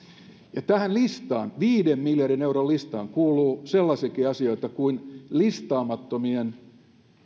ja tähän listaan viiden miljardin euron listaan kuuluu sellaisiakin asioita kuin listaamattomien